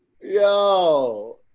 Yo